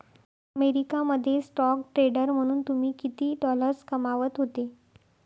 America मध्ये stock trader म्हणून तुम्ही किती डॉलर्स कमावत होते